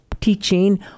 teaching